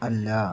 അല്ല